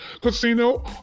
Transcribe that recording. Casino